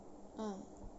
uh